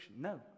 no